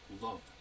love